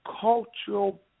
cultural